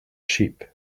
sheep